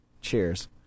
cheers